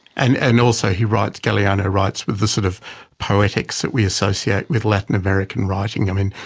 and and also, he writes, galeano writes with the sort of poetics that we associate with latin american writing, i mean,